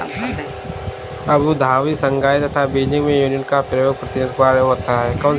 Abu Dhabi, Shanghai तथा Beijing में Union Bank का प्रतिनिधि कार्यालय है?